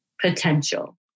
potential